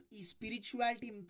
spirituality